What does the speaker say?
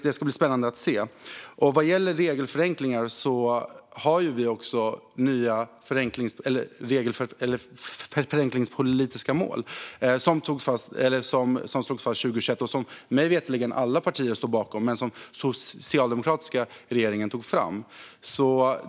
Det ska bli spännande att se. När det gäller regelförenklingar har vi också förenklingspolitiska mål som slogs fast 2021 och som mig veterligen alla partier står bakom men som den socialdemokratiska regeringen tog fram.